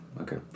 okay